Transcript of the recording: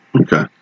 Okay